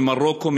ממרוקו,